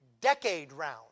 decade-round